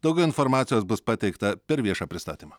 daugiau informacijos bus pateikta per viešą pristatymą